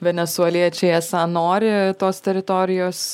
venesueliečiai esą nori tos teritorijos